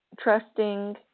Trusting